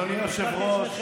אדוני היושב-ראש,